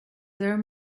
there